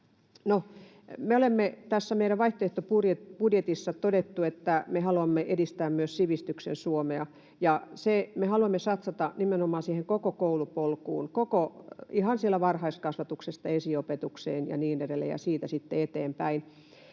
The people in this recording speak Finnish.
me olemme tässä meidän vaihtoehtobudjetissamme todenneet, että me haluamme edistää myös sivistyksen Suomea, ja me haluamme satsata nimenomaan koko koulupolkuun, ihan varhaiskasvatuksesta esiopetukseen ja niin edelleen ja siitä sitten eteenpäin.